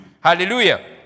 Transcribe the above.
Hallelujah